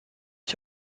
ich